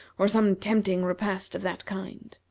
or some tempting repast of that kind.